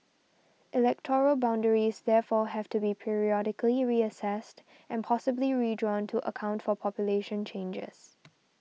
electoral boundaries therefore have to be periodically reassessed and possibly redrawn to account for population changes